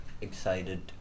excited